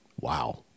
Wow